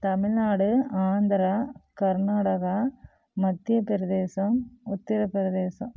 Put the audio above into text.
Tamil Nadu Andhra Karnataka Madhya Pradesh Uttar Pradesh